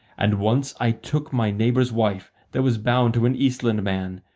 and once i took my neighbour's wife, that was bound to an eastland man,